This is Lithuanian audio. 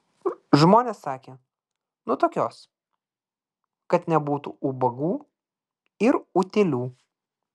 žmonės sakė nu tokios kad nebūtų ubagų ir utėlių